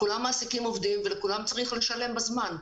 כולם מעסיקים עובדים ולכולם צריך לשלם בזמן.